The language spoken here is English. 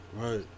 Right